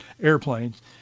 airplanes